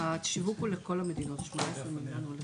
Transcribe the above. השיווק הוא לכל המדינות 18 מיליון.